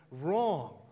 wrong